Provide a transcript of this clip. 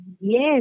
Yes